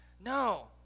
No